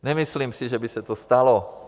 Nemyslím si, že by se to stalo.